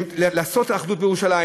לעשות אחדות בירושלים,